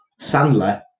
Sandler